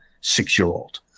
six-year-old